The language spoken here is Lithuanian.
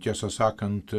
tiesą sakant